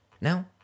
Now